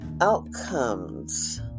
outcomes